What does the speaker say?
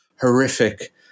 horrific